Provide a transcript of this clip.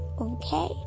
okay